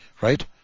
right